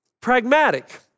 Pragmatic